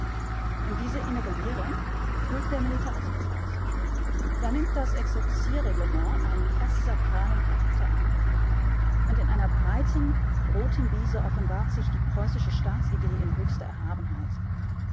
und diese innere leere füllt der militarismus aus da nimmt das exerzierreglement einen fast sakralen charakter an und in einer breiten roten biese offenbart sich die preußische staatsidee in höchster erhabenheit